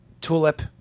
Tulip